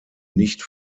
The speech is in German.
nicht